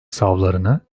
savlarını